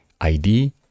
ID